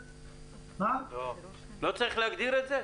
לא צריך להגדיר את זה?